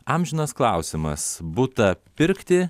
amžinas klausimas butą pirkti